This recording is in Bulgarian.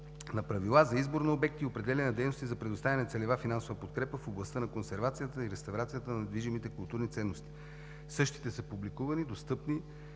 на Правила за избор на обекти и определяне на дейности за предоставяне на целева финансова подкрепа в областта на консервацията и реставрацията на недвижимите културни ценности. Същите са публикувани, достъпни